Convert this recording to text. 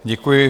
Děkuji.